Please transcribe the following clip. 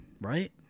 right